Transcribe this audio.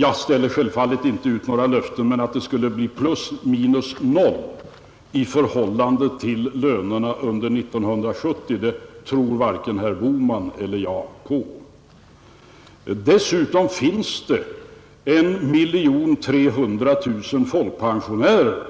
Jag ställer självfallet inte ut några löften, men att det skulle bli plus minus noll i förhållande till lönerna under 1970 tror varken herr Bohman eller jag på. Dessutom finns det 1 300 000 folkpensionärer,